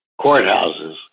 courthouses